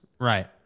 Right